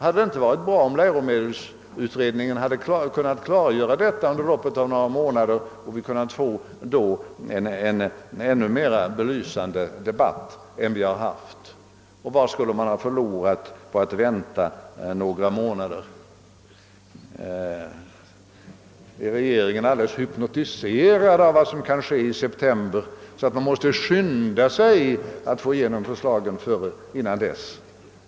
Hade det inte varit bra om läromedelsutredningen hade kunnat klargöra detta under loppet av några månader, så att vi kunnat få en ännu mera belysande debatt än vi har haft i dag? Vad skulle man ha förlorat på att vänta några månader? Är regeringen alldeles hypnotiserad av vad som kan ske i september, så att man måste skynda sig att få igenom förslagen innan dess?